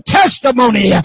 testimony